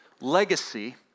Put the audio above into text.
legacy